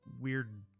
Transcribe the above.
weird